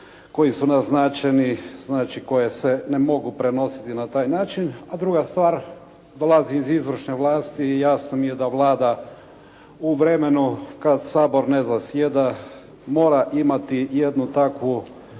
koji su naznačeni, znači koje se ne mogu prenositi na taj način. A druga stvar dolazi iz izvršne vlasti i jasno mi je da Vlada u vremenu kad Sabor ne zasjeda mora imati jednu takvu